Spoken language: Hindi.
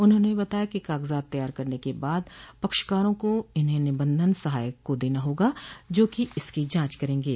उन्होंने बताया कि कागजात तैयार करने के बाद पक्षकारों को इन्हें निबंधन सहायक को देना होगा जोकि इसकी जांच करेंगे